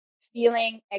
feeling